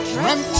Dream